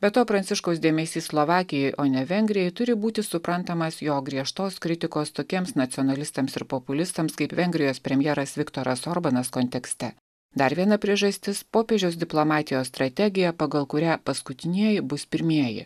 be to pranciškaus dėmesys slovakijai o ne vengrijai turi būti suprantamas jo griežtos kritikos tokiems nacionalistams ir populistams kaip vengrijos premjeras viktoras orbanas kontekste dar viena priežastis popiežiaus diplomatijos strategija pagal kurią paskutinieji bus pirmieji